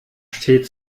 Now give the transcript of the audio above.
steht